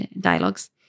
dialogues